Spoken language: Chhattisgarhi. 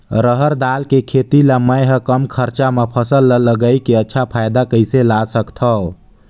रहर दाल के खेती ला मै ह कम खरचा मा फसल ला लगई के अच्छा फायदा कइसे ला सकथव?